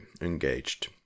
engaged